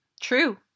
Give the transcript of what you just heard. true